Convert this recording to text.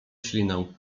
ślinę